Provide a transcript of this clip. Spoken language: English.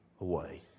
away